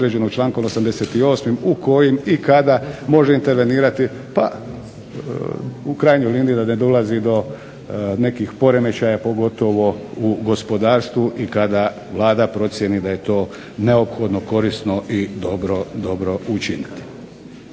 u kojim i kada može intervenirati pa u krajnjoj liniji da ne dolazi do nekih poremećaja, pogotovo u gospodarstvu i kada Vlada procjeni da je to neophodno, korisno i dobro učiniti.